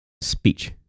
speech